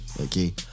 Okay